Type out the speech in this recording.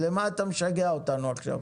אז למה אתה משגע אותנו עכשיו?